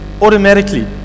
automatically